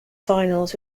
finals